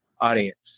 audience